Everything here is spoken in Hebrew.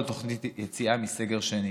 תוכנית יציאה מסגר שני.